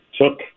took